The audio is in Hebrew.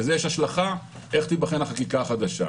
לזה יש השלכה איך תיבחן החקיקה החדשה.